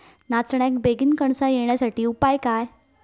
नाचण्याक बेगीन कणसा येण्यासाठी उपाय काय?